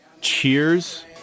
cheers